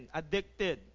addicted